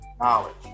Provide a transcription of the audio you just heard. knowledge